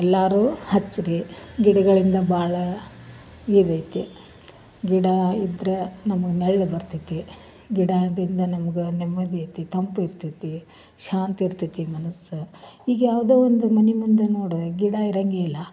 ಎಲ್ಲಾರು ಹಚ್ರಿ ಗಿಡಗಳಿಂದ ಭಾಳ ಯೂಸ್ ಐತಿ ಗಿಡ ಇದ್ರೆ ನಮಗೆ ನೆರ್ಳು ಬರ್ತೈತಿ ಗಿಡದಿಂದ ನಮಗೆ ನೆಮ್ಮದಿ ಐತಿ ತಂಪು ಇರ್ತೈತಿ ಶಾಂತಿ ಇರ್ತೈತಿ ಮನಸ್ಸು ಈಗ ಯಾವುದೋ ಒಂದು ಮನೆ ಮುಂದೆ ನೋಡ ಗಿಡ ಇರಂಗೆ ಇಲ್ಲ